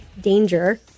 danger